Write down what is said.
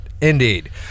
Indeed